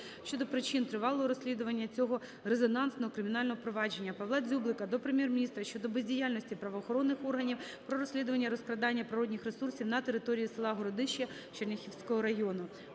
щодо причин тривалого розслідування цього резонансного кримінального провадження. Павла Дзюблика до Прем'єр-міністра щодо бездіяльності правоохоронних органів про розслідуванні розкрадання природних ресурсів на території села Городище Черняхівського району.